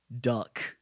duck